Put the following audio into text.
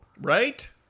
Right